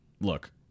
Look